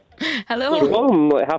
Hello